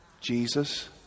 Jesus